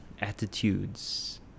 attitudes